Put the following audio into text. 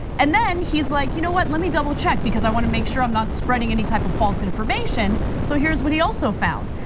and then he's like, you know what, let me double check because i want to make sure i'm not spreading any type of false information. so here's what he also found.